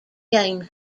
game